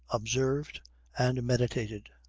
observed and meditated,